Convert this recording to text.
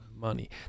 money